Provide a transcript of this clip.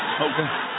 okay